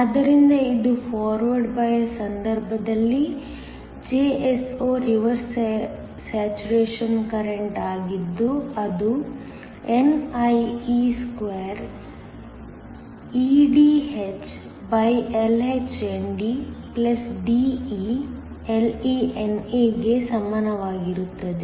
ಆದ್ದರಿಂದ ಇದು forward bias ಸಂದರ್ಭದಲ್ಲಿ Jso ರಿವರ್ಸ್ ಸ್ಯಾಚುರೇಶನ್ ಕರೆಂಟ್ ಆಗಿದ್ದು ಅದು nie2eDhLhNDDeLeNA ಗೆ ಸಮಾನವಾಗಿರುತ್ತದೆ